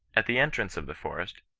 at the entrance of the forest,